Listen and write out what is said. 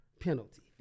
penalty